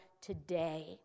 today